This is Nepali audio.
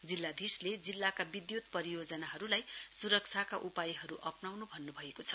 जिल्लाधीशले जिल्लाका विद्युत परियोजनाहरूलाई सुरक्षाका उपायहरू अप्नाउनु भन्नु भएको छ